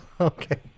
Okay